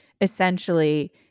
essentially